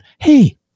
Hey